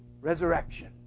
resurrection